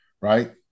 right